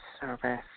service